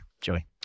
Joey